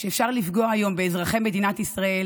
שאפשר לפגוע היום באזרחי מדינת ישראל